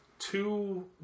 two